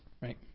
right